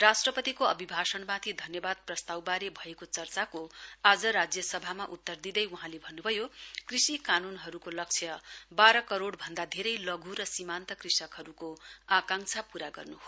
राष्ट्रपतिको अभिभाषणमाथि धन्यवाद प्रस्तावबारे भएको चर्चाको आज राज्यसभामा उत्तर दिँदै वहाँले भन्नुभयो कृषि कानूनहरूको लक्ष्य बाह्र करोड़भन्दा धेरै लधु र सीमान्त कृषकहरूको आकांक्षा पूरा गर्नु हो